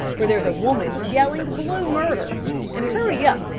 where there's a woman yelling blue murder and hurry up,